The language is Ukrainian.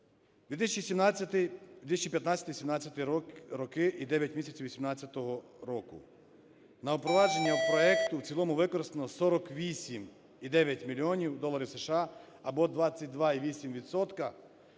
2015-2017 роки і 9 місяців 2018 року: на впровадження проекту в цілому використано 48,9 мільйонів доларів США, або 22,8